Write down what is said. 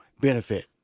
benefit